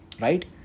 right